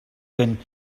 been